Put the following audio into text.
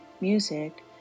music